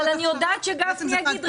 אבל אני יודעת שגפני יגיד,